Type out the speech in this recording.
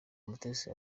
umutesi